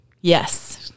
Yes